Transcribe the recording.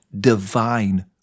divine